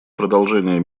продолжения